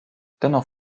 dennoch